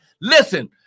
Listen